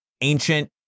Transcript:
ancient